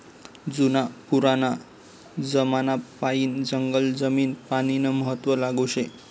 जुना पुराना जमानापायीन जंगल जमीन पानीनं महत्व लागू शे